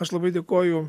aš labai dėkoju